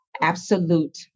absolute